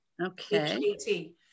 Okay